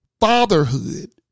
fatherhood